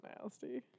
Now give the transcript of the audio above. nasty